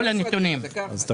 לא